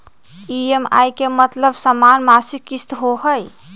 EMI के मतलब समान मासिक किस्त होहई?